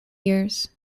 years